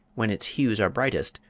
when its hues are brightest,